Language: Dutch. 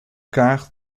kaart